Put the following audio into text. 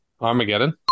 Armageddon